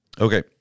Okay